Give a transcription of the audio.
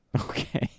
Okay